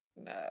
No